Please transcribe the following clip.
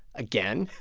again,